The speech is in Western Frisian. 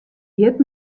hjit